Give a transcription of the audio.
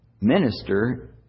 minister